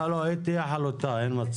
לא, לא, היא תהיה חלוטה, אין מצב.